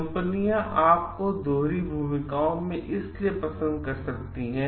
कंपनियां आपको दोहरी भूमिकाओं के लिए पसंद कर सकती हैं